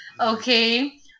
Okay